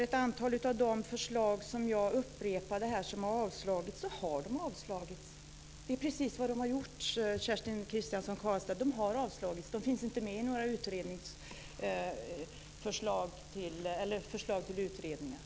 Ett antal av de förslag som jag räknade upp och sade hade avslagits, så har de avslagits. Det är precis vad som gjorts. De finns inte med i några förslag till utredningar.